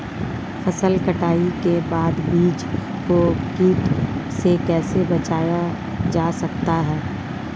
फसल कटाई के बाद बीज को कीट से कैसे बचाया जाता है?